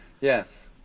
Yes